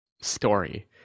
story